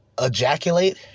ejaculate